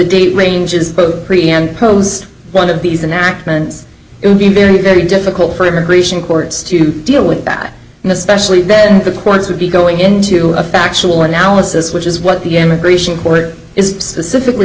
date range is pretty and post one of these anatman it would be very very difficult for immigration courts to deal with that and especially then the courts would be going into a factual analysis which is what the immigration court is s